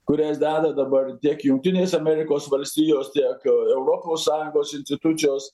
kurias deda dabar tiek jungtinės amerikos valstijos tiek europos sąjungos institucijos